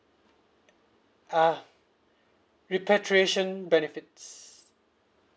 uh repatriation benefits